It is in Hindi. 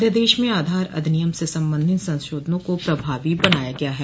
अध्यादेश में आधार अधिनियम से सम्बन्धित संशोधनों को प्रभावी बनाया गया है